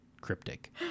cryptic